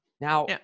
Now-